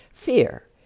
Fear